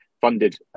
funded